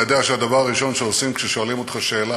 אתה יודע שהדבר הראשון שעושים כששואלים אותך שאלה